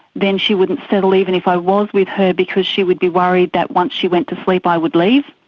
then she wouldn't settle even if i was with her because she would be worried that once she went to sleep i would leave.